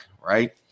right